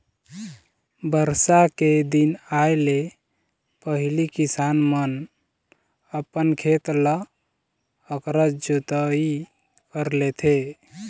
बरसा के दिन आए ले पहिली किसान मन अपन खेत ल अकरस जोतई कर लेथे